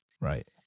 Right